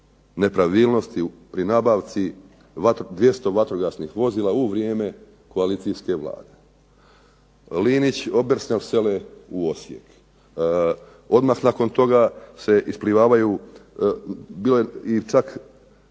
nepravilnosti pri nabavci 200 vatrogasnih vozila u vrijeme koalicijske vlade. Linić, Obersnel sele u Osijek. Odmah nakon toga se isplivavaju, bilo je i čak